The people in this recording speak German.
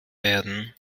werden